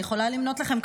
אני יכולה למנות לכם,